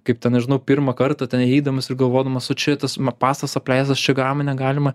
kaip ten nežinau pirmą kartą ten eidamas ir galvodamas kad o čia tas pastatas apleistas čia galima negalima